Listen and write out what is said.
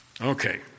Okay